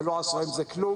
ולא עשו כלום.